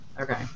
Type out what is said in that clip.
Okay